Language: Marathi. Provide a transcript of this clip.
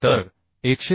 तर 127